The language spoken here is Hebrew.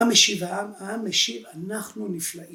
העם השיב, העם השיב אנחנו נפלאים.